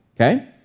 Okay